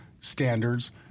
standards